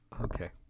Okay